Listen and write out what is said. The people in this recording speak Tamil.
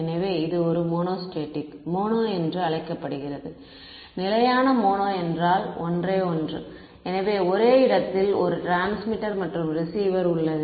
எனவே இது ஒரு மோனோஸ்டேடிக் மோனோ என்று அழைக்கப்படுகிறது நிலையான மோனோ என்றால் ஒன்றே ஒன்று எனவே ஒரே இடத்தில் ஒரு டிரான்ஸ்மிட்டர் மற்றும் ரிசீவர் உள்ளது